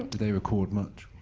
they record much?